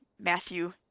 Matthew